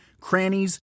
crannies